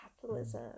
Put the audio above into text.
capitalism